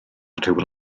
rhyw